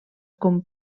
com